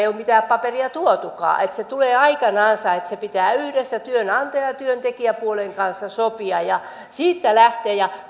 ole mitään paperia tuotukaan että se tulee aikanansa että se pitää yhdessä työnantaja ja työntekijäpuolen kanssa sopia ja siitä lähteä ja